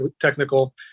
technical